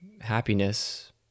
happiness